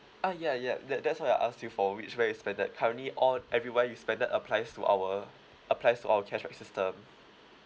ah ya ya that that's why I ask you for which where you spend that currently all everywhere you spend that applies to our applies to our cashback system